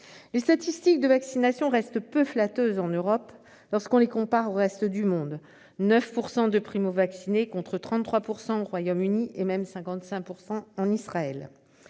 Les statistiques de vaccination restent peu flatteuses en Europe lorsqu'on les compare au reste du monde : 9 % de primo-vaccinés contre 33 % au Royaume-Uni et même 55 % en Israël.